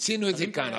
מיצינו את זה כאן,